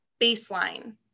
baseline